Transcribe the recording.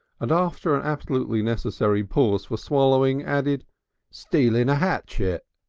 and after an absolutely necessary pause for swallowing, added stealin' a atchet.